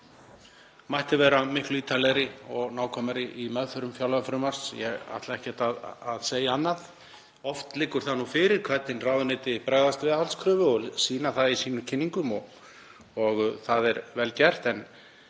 mætti vera miklu ítarlegri og nákvæmari í meðförum fjárlagafrumvarps. Ég ætla ekkert að segja annað. Oft liggur það nú fyrir hvernig ráðuneyti bregðast við aðhaldskröfu og sýna það í sínum kynningum og það er vel gert.